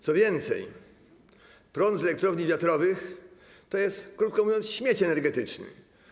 Co więcej, prąd z elektrowni wiatrowych to jest, krótko mówiąc, śmieć energetyczny.